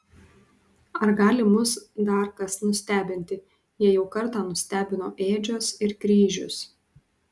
ar gali mus dar kas nustebinti jei jau kartą nustebino ėdžios ir kryžius